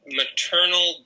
maternal